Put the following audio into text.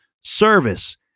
service